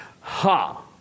ha